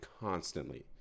constantly